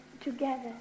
together